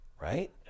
right